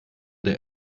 der